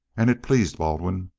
and it pleased baldwin.